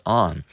on